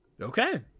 Okay